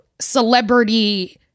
celebrity-